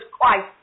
Christ